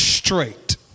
straight